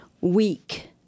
weak